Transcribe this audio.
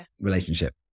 relationship